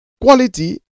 quality